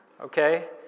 Okay